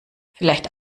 vielleicht